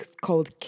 called